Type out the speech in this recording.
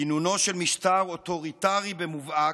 כינונו של משטר אוטוריטרי ומובהק,